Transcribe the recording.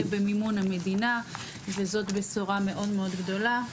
במימון המדינה וזאת בשורה מאוד מאוד גדולה,